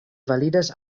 validas